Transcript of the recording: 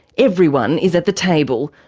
everyone is at the table,